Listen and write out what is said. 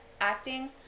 acting